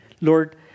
Lord